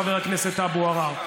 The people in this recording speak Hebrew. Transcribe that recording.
חבר הכנסת אבו עראר.